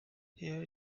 here